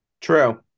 true